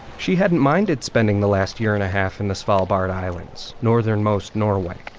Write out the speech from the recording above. she hadn't minded spending the last year and a half in the svalbard islands, northern most norway.